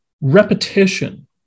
repetition